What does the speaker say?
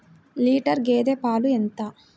Litre గేదె పాలు ఎంత?